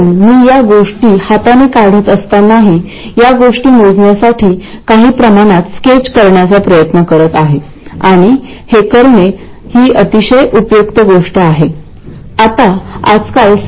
current लहान असेल